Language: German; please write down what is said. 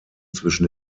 zwischen